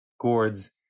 gourds